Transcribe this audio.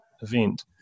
event